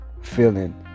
feeling